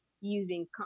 using